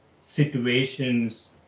situations